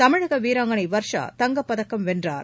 தமிழக வீராங்கனை வர்ஷா தங்கப்பதக்கம் வென்றார்